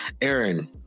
Aaron